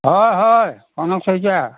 হয় হয় কনক শইকীয়া